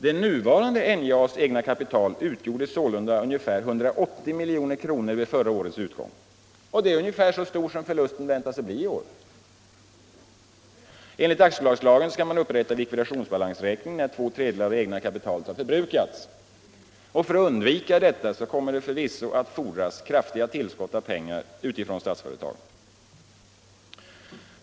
Det nuvarande NJA:s egna kapital utgjorde sålunda ungefär 180 milj.kr. vid förra årets utgång. Det är ungefär så stor förlusten väntas bli i år. Enligt aktiebolagslagen skall man upprätta likvidationsbalansräkning när två tredjedelar av det egna kapitalet har förbrukats. För att undvika detta kommer det förvisso att fordras kraftiga tillskott av pengar från Statsföretag.